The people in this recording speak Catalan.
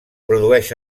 produeix